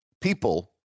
people